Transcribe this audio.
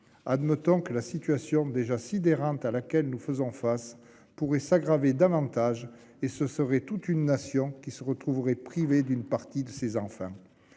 Admettons que la situation déjà sidérante à laquelle nous faisons face s'aggrave davantage, ce serait alors toute une nation qui se retrouverait privée d'une partie de ses enfants.